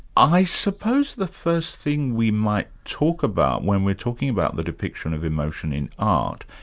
i suppose the first thing we might talk about when we're talking about the depiction of emotion in art,